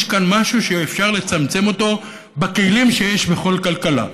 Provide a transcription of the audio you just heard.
יש כאן משהו שאפשר לצמצם אותו בכלים שיש בכל כלכלה,